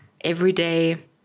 everyday